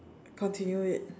continue it